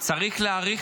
צריך להעריך